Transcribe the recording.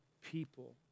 people